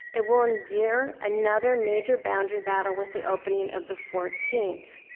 it will endure another major boundary battle with the opening of the fourteenth.